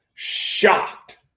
shocked